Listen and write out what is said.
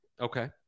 Okay